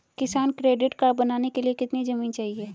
किसान credit card बनाने के लिए कितनी जमीन चाहिए?